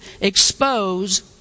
expose